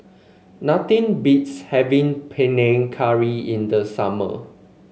nothing beats having Panang Curry in the summer